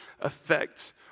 affect